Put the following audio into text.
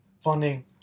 funding